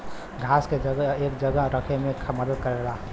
घास के एक जगह रखे मे मदद करेला